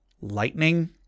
lightning